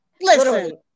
Listen